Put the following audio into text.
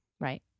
Right